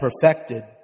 perfected